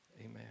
Amen